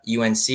UNC